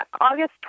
august